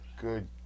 Good